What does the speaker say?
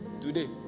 today